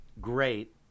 Great